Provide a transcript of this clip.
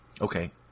okay